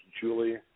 Julie